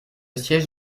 siège